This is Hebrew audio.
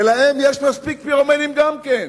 ולהם יש מספיק פירומנים גם כן.